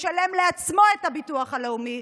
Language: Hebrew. הוא משלם לעצמו את הביטוח הלאומי,